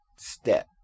step